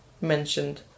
mentioned